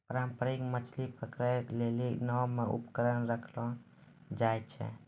पारंपरिक मछली पकड़ै लेली नांव मे उपकरण रखलो जाय छै